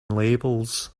labels